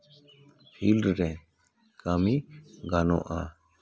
field ᱨᱮ ᱠᱟᱹᱢᱤ ᱜᱟᱱᱚᱜᱼᱟ